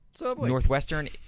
Northwestern